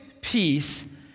peace